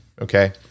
Okay